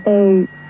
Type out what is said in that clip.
eight